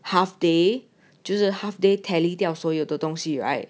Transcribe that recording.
half day 就是 half day tally 掉所有的东西 right